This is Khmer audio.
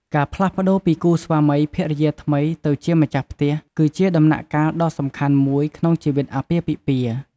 ការផ្លាស់ប្តូរពីគូស្វាមីភរិយាថ្មីទៅជាម្ចាស់ផ្ទះ គឺជាដំណាក់កាលដ៏សំខាន់មួយក្នុងជីវិតអាពាហ៍ពិពាហ៍។